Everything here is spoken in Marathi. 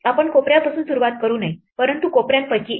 आपण कोपऱ्यापासून सुरुवात करू नये परंतु कोपऱ्यांपैकी एक